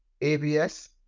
ABS